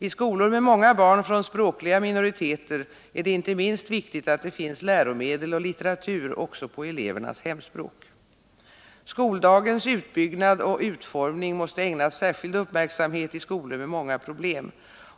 I skolor med många barn från språkliga minoriteter är det inte minst viktigt att det finns läromedel och litteratur också på elevernas hemspråk. Skoldagens utbyggnad och utformning, måste ägnas särskild uppmärksamhet i skolor med många problem.